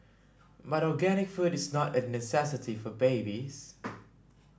but organic food is not a necessity for babies